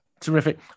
Terrific